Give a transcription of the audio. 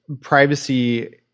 privacy